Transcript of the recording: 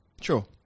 Sure